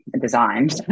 Designed